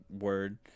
word